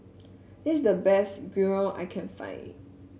this is the best Gyro I can find